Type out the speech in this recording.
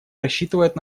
рассчитывает